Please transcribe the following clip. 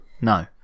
no